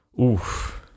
Oof